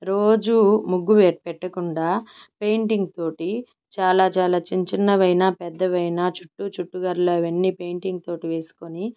రోజూ ముగ్గు పెట్టకుండా పెయింటింగ్ తోటి చాలా చాలా చిన్నచిన్నవైనా పెద్దవైనా చుట్టూ చుట్టు గర్రల అవన్నీ పెయింటింగ్ తోటి వేసుకొని